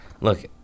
look